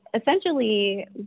essentially